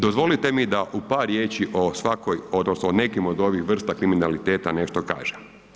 Dozvolite mi da u par riječi o svakoj odnosno nekim od ovih vrsta kriminaliteta nešto kažem.